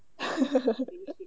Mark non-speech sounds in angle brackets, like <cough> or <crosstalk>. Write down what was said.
<laughs>